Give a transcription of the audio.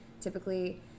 typically –